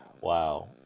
wow